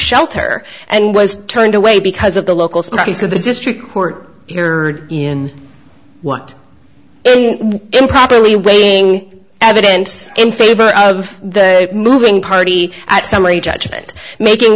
shelter and was turned away because of the local smoking so the district court you're in what improperly weighing evidence in favor of the moving party at somebody's judgment making